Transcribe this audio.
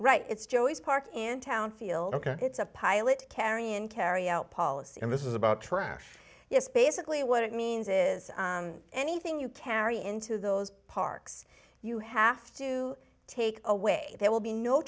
right it's joey's park in town feel ok it's a pilot carrying carry out policy and this is about trash yes basically what it means is anything you carry into those parks you have to take away there will be no